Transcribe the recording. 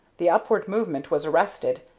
the upward movement was arrested,